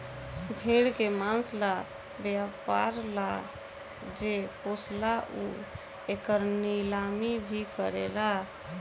भेड़ के मांस ला व्यापर ला जे पोसेला उ एकर नीलामी भी करेला